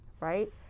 right